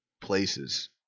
places